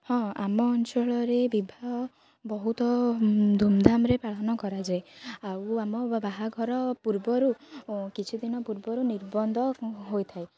ହଁ ଆମ ଅଞ୍ଚଳରେ ବିବାହ ବହୁତ ଧୁମ୍ଧାମ୍ରେ ପାଳନ କରାଯାଏ ଆଉ ଆମ ବାହାଘର ପୂର୍ବରୁ କିଛିଦିନ ପୂର୍ବରୁ ନିର୍ବନ୍ଧ ହୋଇଥାଏ